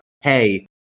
hey